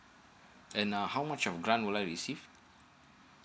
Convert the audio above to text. then uh how much of grant will I receive